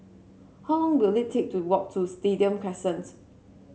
how long will it take to walk to Stadium Crescent